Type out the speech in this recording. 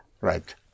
Right